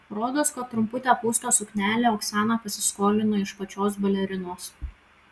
rodos kad trumputę pūstą suknelę oksana pasiskolino iš pačios balerinos